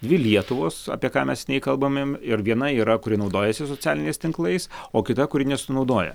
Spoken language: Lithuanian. dvi lietuvos apie ką mes seniai nekalbame m ir viena yra kuri naudojasi socialiniais tinklais o kita kuri nesinaudoja